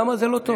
למה זה לא טוב?